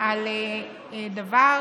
על דבר